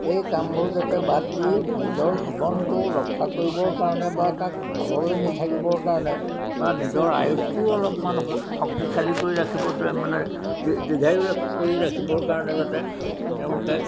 এই কামবোৰ যাতে বাদ দি নিজৰ জীৱনটো ৰক্ষা কৰিবৰ কাৰণে বা তাক ভাললৈ নি থাকিবৰ কাৰণে বা নিজৰ আয়ুসটো অলপমান শক্তিশালী কৰি ৰাখিব মানে দীৰ্ঘায়ু কৰি ৰাখিবৰ কাৰণে যাতে তেওঁলোকে